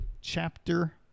chapter